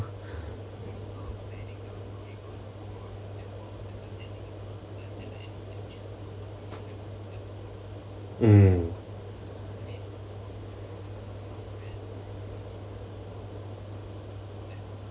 mm